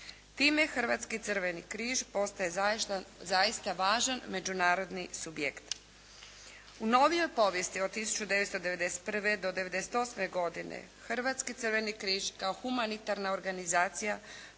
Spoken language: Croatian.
Time Hrvatski crveni križ postaje zaista važan međunarodni subjekt. U novijoj povijesti od 1991. do 1998. godine, Hrvatski crveni križ kao humanitarna organizacija